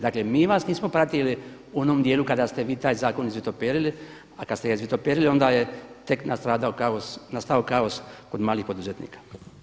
Dakle mi vas nismo pratili u onom dijelu kada ste vi taj zakon izvitoperili a kada ste ga izvitoperili onda je tek nastao kaos kod malih poduzetnika.